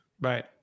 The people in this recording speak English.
Right